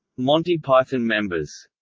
monty python members